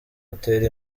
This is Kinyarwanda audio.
utera